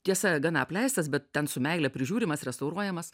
tiesa gana apleistas bet ten su meile prižiūrimas restauruojamas